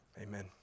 Amen